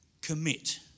commit